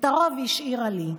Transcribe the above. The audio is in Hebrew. את הרוב היא השאירה לי,